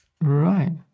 right